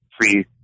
free